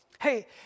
Hey